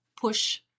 push